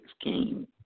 scheme